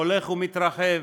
הולך ומתרחב.